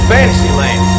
Fantasyland